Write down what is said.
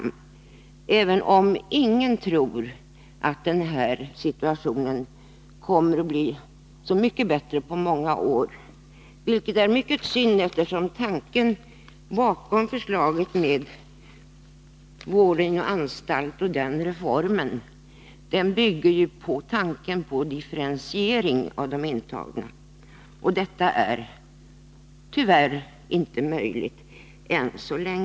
Trots det tror väl ingen att situationen med narkotika på anstalterna kommer att bli så mycket bättre på många år, vilket är synd, eftersom tanken bakom förslaget om vård inom anstalt bygger på en differentiering av de intagna. Det är tyvärr ännu inte möjligt att genomföra.